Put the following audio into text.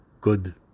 good